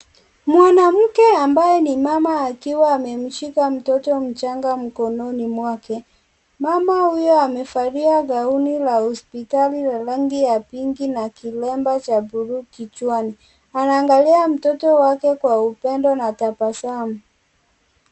Mwanamke ambaye ni mama akiwa amemshika mtoto mchanga mkononi mwake. Mama huyo amevalia gauni la hospitali la rangi ya pinki na kilemba cha bluu kichwani. Anaangalia mtoto wake kwa upendo na tabasamu.